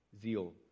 zeal